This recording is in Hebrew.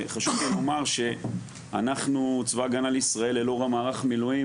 וחשוב לי לומר שאנחנו צבא הגנה לישראל ללא מערך המילואים